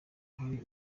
ari